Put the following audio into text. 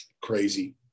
crazy